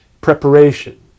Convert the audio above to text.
preparation